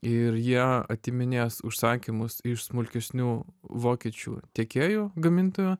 ir jie atiminės užsakymus iš smulkesnių vokiečių tiekėjų gamintojo